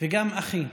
וגם "אחי".